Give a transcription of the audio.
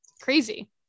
crazy